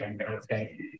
Okay